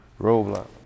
roadblock